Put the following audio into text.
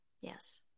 Yes